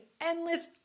endless